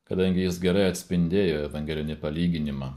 kadangi jis gerai atspindėjo evangelinį palyginimą